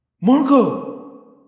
Marco